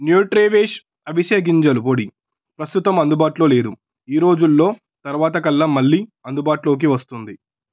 Nutriwish అవిసె గింజలు పొడి ప్రస్తుతం అందుబాటులో లేదు ఈరోజుల్లో తరువాత కల్లా మళ్ళీ అందుబాటులోకి వస్తుంది